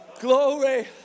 glory